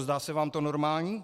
Zdá se vám to normální?